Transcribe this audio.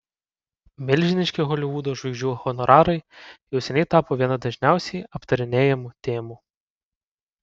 milžiniški holivudo žvaigždžių honorarai jau seniai tapo viena dažniausiai aptarinėjamų temų